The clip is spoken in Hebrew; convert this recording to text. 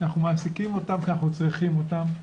אנחנו מעסיקים אותם כי אנחנו צריכים אותם,